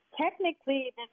technically